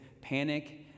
panic